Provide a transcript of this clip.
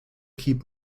keep